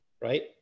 right